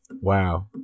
wow